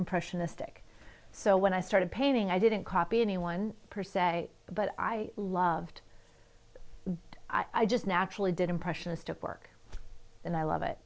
impressionistic so when i started painting i didn't copy any one percent but i loved it i just naturally did impressionistic work and i love it